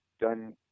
done